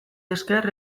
esker